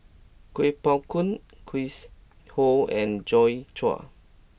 Kuo Pao Kun Chris Ho and Joi Chua